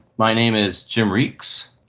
my name is jim reekes.